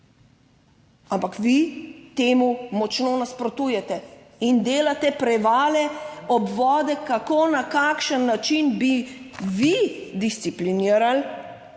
Ampak vi temu močno nasprotujete in delate prevale obvode, kako, na kakšen način bi vi disciplinirali